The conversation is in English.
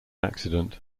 accident